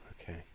Okay